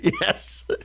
Yes